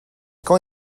quand